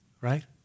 right